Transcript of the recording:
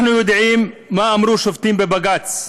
אנחנו יודעים מה אמרו שופטים בבג"ץ: